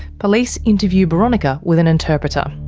police interview boronika with an interpreter.